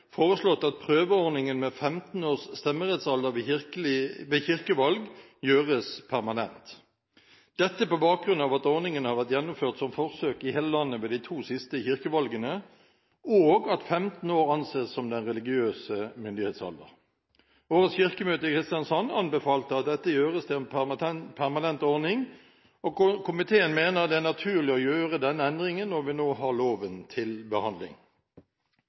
foreslått at prøveordningen med stemmerettsalder på 15 år ved kirkevalg gjøres permanent – dette på bakgrunn av at ordningen har vært gjennomført som forsøk i hele landet ved de to siste kirkevalgene, og at 15 år anses som den religiøse myndighetsalder. Årets kirkemøte i Kristiansand anbefalte at dette gjøres til en permanent ordning, og komiteen mener det er naturlig å gjøre denne endringen når vi nå har loven til behandling.